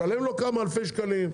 משלם לו כמה אלפי שקלים.